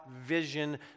vision